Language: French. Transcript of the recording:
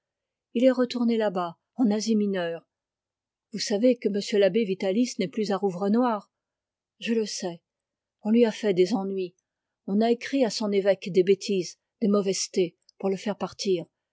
il est retourné là-bas en asie mineure vous savez que m l'abbé vitalis n'est plus à rouvrenoir je le sais on lui a fait des ennuis on a écrit à son évêque des bêtises des mauvaisetés pour le faire partir